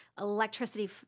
electricity